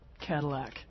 Cadillac